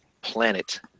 planet